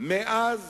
מאז